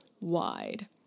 wide